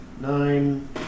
nine